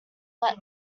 let